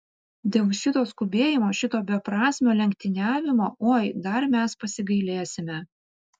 dėl šito skubėjimo šito beprasmio lenktyniavimo oi dar mes pasigailėsime